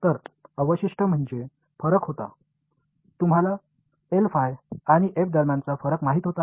तर अवशिष्ट म्हणजे फरक होता तुम्हाला आणि दरम्यानचा फरक माहित होता